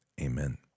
Amen